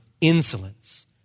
insolence